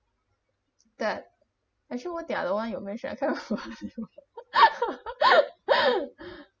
that actually what the other one you mention I can't remember anymore